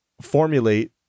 formulate